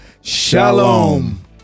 Shalom